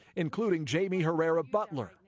including jaime herrera beutler.